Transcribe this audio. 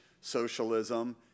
socialism